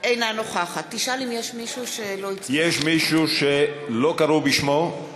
אינה נוכחת יש מישהו שלא קראו בשמו?